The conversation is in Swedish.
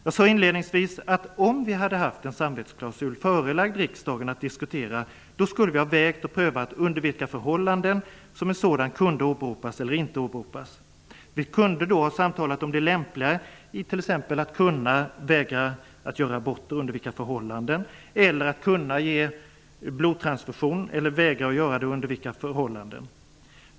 Jag sade inledningsvis att om vi hade haft en samvetsklausul förelagd riksdagen att diskutera skulle vi ha vägt och prövat under vilka förhållanden som en sådan kunde åberopas eller ej. Vi kunde ha samtalat om det lämpliga i att t.ex. kunna vägra göra aborter och under vilka förhållanden, ge blodtransfusion eller att vägra att göra det, och under vilka förhållanden.